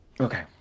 Okay